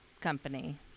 company